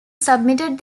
submitted